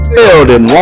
building